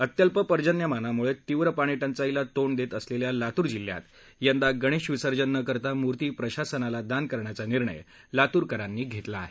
अत्यल्प पर्जन्यमानामुळे तीव्र पाणी टंचाईला तोडं देत असलेल्या लातूर जिल्ह्यात यंदा गणेशविसर्जन न करता मुर्ती प्रशासनाला दान करण्याचा निर्णय लातुरकरांनी घेतला आहे